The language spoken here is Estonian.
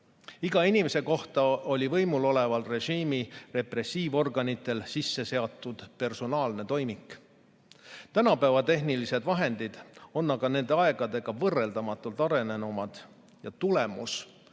iga inimese kohta oli võimuloleva režiimi repressiivorganitel sisse seatud personaalne toimik. Tänapäeva tehnilised vahendid on aga nende aegadega võrreldes võrreldamatult arenenumad ja tulemus,